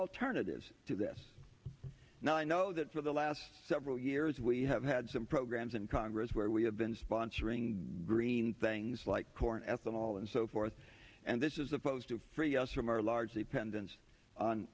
alternatives to this now i know that for the last several years we have had some programs in congress where we have been sponsoring green things like corn ethanol and so forth and this is supposed to free us from our large dependence